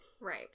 Right